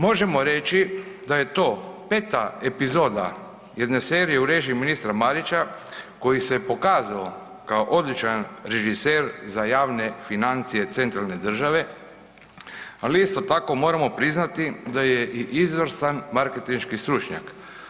Možemo reći da je to 5. epizoda jedne serije u režiji ministra Marića koji se pokazao kao odličan režiser za javne financije centralne države, ali isto tako, moramo priznati da je i izvrstan marketinški stručnjak.